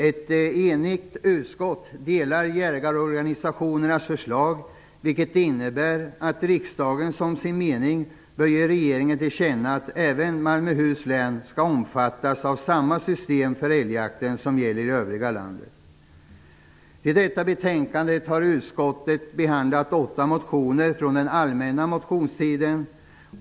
Ett enigt utskott delar jägarorganisationernas förslag, som innebär att riksdagen som sin mening bör ge regeringen till känna att även Malmöhus län bör omfattas av samma system för älgjakt som gäller i övriga landet. I detta betänkande har utskottet behandlat åtta motioner från den allmänna motionstiden.